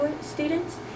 students